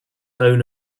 own